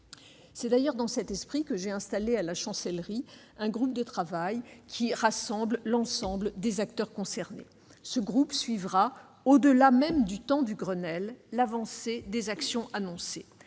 C'est dans cet esprit que j'ai installé, à la Chancellerie, un groupe de travail réunissant l'ensemble des acteurs concernés. Ce groupe suivra, au-delà même du Grenelle, l'avancée des actions annoncées.